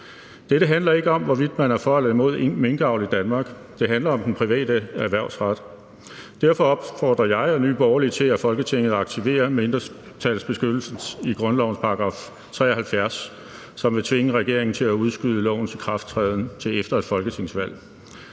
Dette handler ikke om, hvorvidt man er for eller imod minkavl i Danmark, men det handler om den private erhvervsret. Derfor opfordrer jeg og Nye Borgerlige til, at Folketinget aktiverer mindretalsbeskyttelsen i grundlovens § 73, som vil tvinge regeringen til at udskyde lovens ikrafttræden til efter et folketingsvalg.